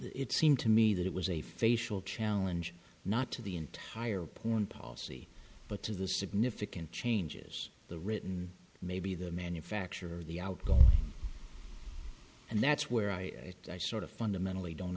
it seemed to me that it was a facial challenge not to the entire policy but to the significant changes the written maybe the manufacturer of the outgoing and that's where i i sort of fundamentally don't